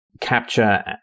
capture